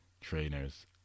trainers